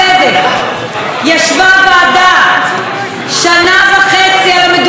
ישבה ועדה שנה וחצי על המדוכה הזאת של הקולנוע הישראלי.